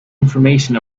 information